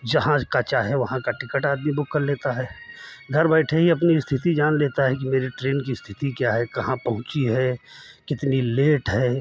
जहाँ का चाहे वहाँ का टिकट आदमी बुक कर लेता है घर बैठे ही अपनी स्थिति जान लेता है कि मेरी ट्रेन की स्थिति क्या है कहाँ पहुँची है कितनी लेट है